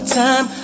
time